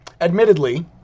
Admittedly